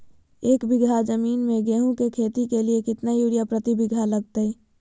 एक बिघा जमीन में गेहूं के खेती के लिए कितना यूरिया प्रति बीघा लगतय?